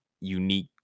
unique